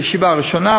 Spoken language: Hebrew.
בישיבה הראשונה,